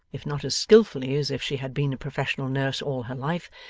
if not as skilfully as if she had been a professional nurse all her life,